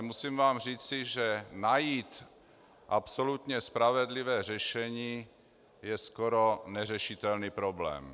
Musím vám ale říci, že najít absolutně spravedlivé řešení je skoro neřešitelný problém.